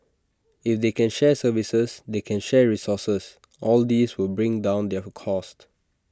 if they can share services they can share resources all these will bring down their cost